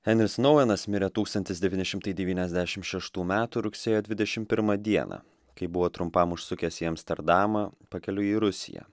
henris nouenas mirė tūkstantis devyni šimtai devyniasdešimt šaštų metų rugsėjo dvidešimt pirmą dieną kai buvo trumpam užsukęs į amsterdamą pakeliui į rusiją